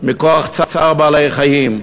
מכוח צער בעלי-חיים.